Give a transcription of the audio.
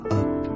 up